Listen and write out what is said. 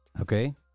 Okay